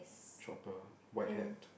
chopper white hat